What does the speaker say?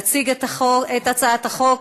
תציג את הצעת החוק,